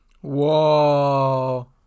whoa